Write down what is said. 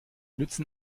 nützen